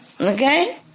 Okay